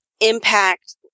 impact